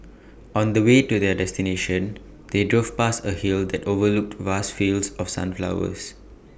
on the way to their destination they drove past A hill that overlooked vast fields of sunflowers